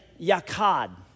yakad